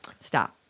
Stop